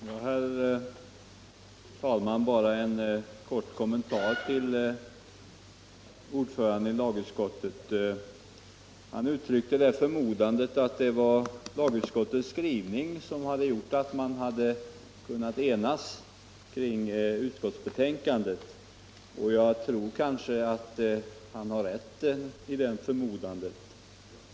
Herr talman! Jag vill bara ge en kort kommentar till vad ordföranden i lagutskottet sade. Han uttryckte en förmodan att det var lagutskottets skrivning som gjort att man hade kunnat enas kring utskottets betänkande. Han har kanske rätt i sin förmodan.